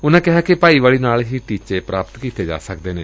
ਉਨੂਾ ਕਿਹਾ ਕਿ ਭਾਈਵਾਲੀ ਨਾਲ ਹੀ ਟੀਚੇ ਪ੍ਰਾਪਤ ਕੀਤੇ ਜਾ ਸਕਦੇ ਨੇ